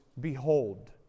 Behold